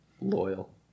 Loyal